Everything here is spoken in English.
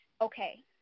Okay